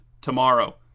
Tomorrow